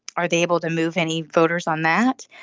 are they able to move any voters on that.